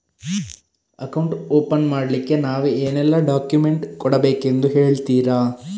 Account open ಮಾಡ್ಲಿಕ್ಕೆ ನಾವು ಏನೆಲ್ಲ ಡಾಕ್ಯುಮೆಂಟ್ ಕೊಡಬೇಕೆಂದು ಹೇಳ್ತಿರಾ?